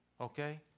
Okay